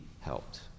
helped